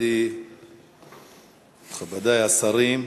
מכובדי השרים,